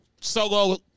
Solo